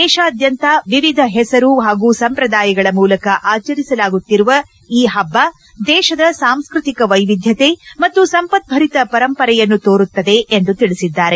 ದೇಶಾದ್ಯಂತ ವಿವಿಧ ಹೆಸರು ಪಾಗೂ ಸಂಪ್ರದಾಯಗಳ ಮೂಲಕ ಆಚರಿಸಲಾಗುತ್ತಿರುವ ಈ ಪಬ್ಬ ದೇಶದ ಸಾಂಸ್ಟ್ರತಿಕ ವೈವಿದ್ಯತೆ ಮತ್ತು ಸಂಪತ್ಪರಿತ ಪರಂಪರೆಯನ್ನು ತೋರುತ್ತದೆ ಎಂದು ತಿಳಿಸಿದ್ದಾರೆ